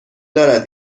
دارد